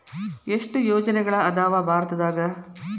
ಎಷ್ಟ್ ಯೋಜನೆಗಳ ಅದಾವ ಭಾರತದಾಗ?